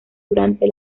durante